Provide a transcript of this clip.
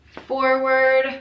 forward